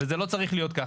וזה לא צריך להיות ככה.